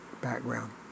background